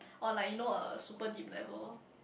on like you know a super deep level